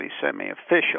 semi-official